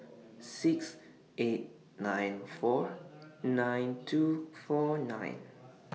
six eight nine four nine two four nine